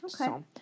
Okay